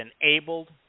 enabled